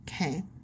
Okay